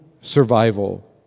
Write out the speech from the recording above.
survival